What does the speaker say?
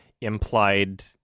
implied